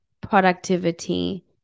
productivity